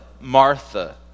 Martha